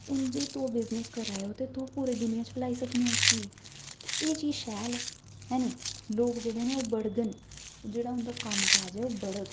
हून जे तुस बिजनस करा दे ओ ते तुस पूरे दुनिया च फलाई सकने ओ उस्सी ते एह् चीज शैल ऐ है नी लोग जेह्ड़े न ओह् बढ़ङन जेह्ड़ा उं'दा कम्म काज ऐ ओह् बढ़ग